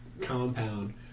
Compound